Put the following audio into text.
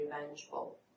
revengeful